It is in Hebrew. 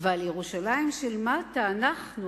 ועל ירושלים של מטה אנחנו,